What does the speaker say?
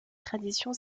tradition